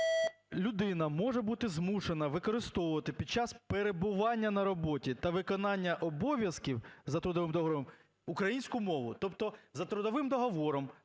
людина може бути змушена використовувати під час перебування на роботі та виконання обов'язків за трудовим договором українську мову. Тобто за трудовим договором